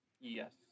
Yes